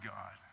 God